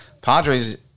Padres